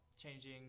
changing